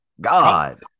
God